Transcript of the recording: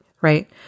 right